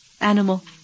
animal